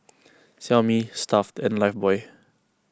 Xiaomi Stuff'd and Lifebuoy